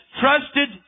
trusted